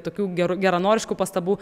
tokių geru geranoriškų pastabų